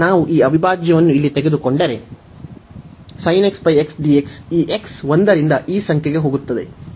ನಾವು ಈ ಅವಿಭಾಜ್ಯವನ್ನು ಇಲ್ಲಿ ತೆಗೆದುಕೊಂಡರೆ dx ಈ x 1 ರಿಂದ ಈ ಸಂಖ್ಯೆಗೆ ಹೋಗುತ್ತದೆ